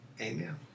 amen